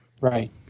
Right